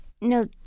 No